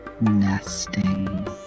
Nesting